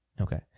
Okay